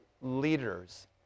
leaders